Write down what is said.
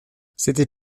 c’était